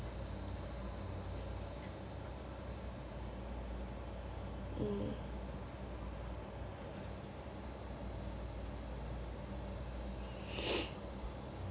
mm